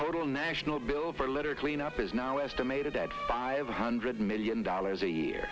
total national bill for litter cleanup is now estimated at five hundred million dollars a